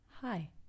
hi